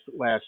last